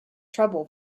trouble